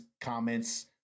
comments